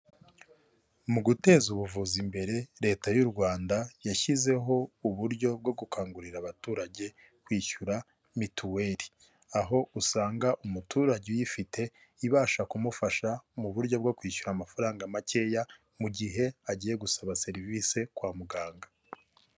Mu guteza ubuvuzi imbere, leta y'u Rwanda, yashyizeho uburyo bwo gukangurira abaturage, kwishyura mituweli, aho usanga umuturage uyifite ibasha kumufasha mu buryo bwo kwishyura amafaranga makeya, mu gihe agiye gusaba serivisi kwa muganga.